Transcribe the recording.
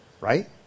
Right